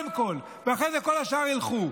קודם כול, ואחרי זה שכל השאר ילכו.